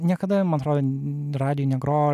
niekada man atrodo radijuj negrojo